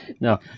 No